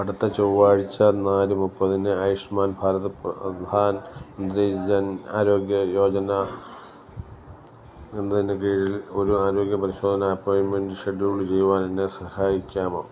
അടുത്ത ചൊവ്വാഴ്ച്ച നാല് മുപ്പതിന് ആയുഷ്മാൻ ഭാരത് പ്രധാൻ മന്ത്രി ജൻ ആരോഗ്യ യോജന എന്നതിനു കീഴിൽ ഒരു ആരോഗ്യ പരിശോധന അപ്പോയിൻമെൻ്റ് ഷെഡ്യൂൾ ചെയ്യുവാൻ എന്നെ സഹായിക്കാമോ